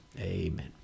Amen